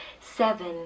seven